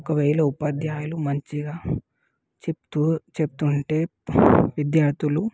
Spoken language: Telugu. ఒకవేళ ఉపాధ్యాయులు మంచిగా చెప్తు చెప్తు ఉంటే విద్యార్థులు